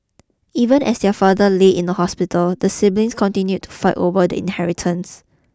even as their father lay in the hospital the siblings continued to fight over the inheritance